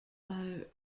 are